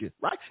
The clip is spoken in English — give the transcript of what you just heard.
Right